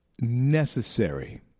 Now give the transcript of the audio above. necessary